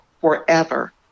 forever